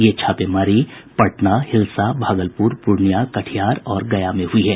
ये छापेमारी पटना हिलसा भागलपुर पूर्णियां कटिहार और गया में हुई है